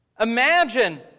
Imagine